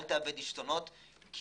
אל תאבד עשתונות כי